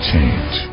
change